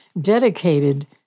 dedicated